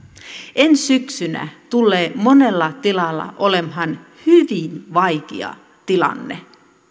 ensi syksynä tulee monella tilalla olemaan hyvin vaikea tilanne